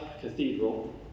cathedral